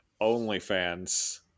OnlyFans